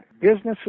businesses